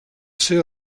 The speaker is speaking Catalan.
seua